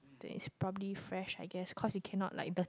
to is probably fresh I guess cause he cannot like the